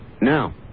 Now